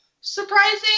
surprising